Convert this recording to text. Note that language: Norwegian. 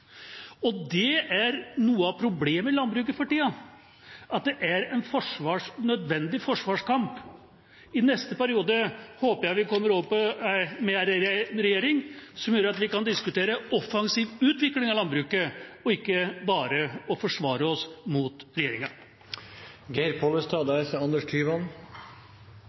bremse landbruksministerens forslag. Noe av problemet i landbruket for tida er at det er en nødvendig forsvarskamp. I neste periode håper jeg vi kommer over til en regjering som gjør at vi kan diskutere offensiv utvikling av landbruket, og ikke bare forsvare oss mot regjeringa. I innstillinga me behandlar i dag, ser ein framover, og